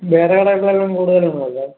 വേറെ കടകളെക്കാളും കൂടുതലാണോ ഇവിടെ